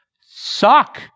suck